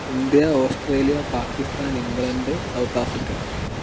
India Australia Pakistan England South Africa